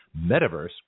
metaverse